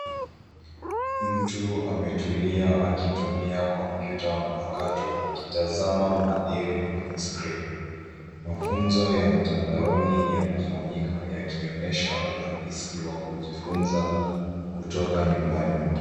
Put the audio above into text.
Mtu ametulia akitumia kompyuta mpakato akitazama mhadiri kwenye skrini. Mafunzo ya mtandaoni yanafanyika yakionyesha urahisi wa kujifunza kutoka nyumbani.